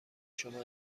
شما